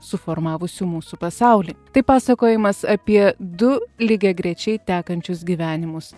suformavusių mūsų pasaulį tai pasakojimas apie du lygiagrečiai tekančius gyvenimus